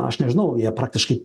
aš nežinau jie praktiškai